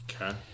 Okay